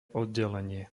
oddelenie